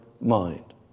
mind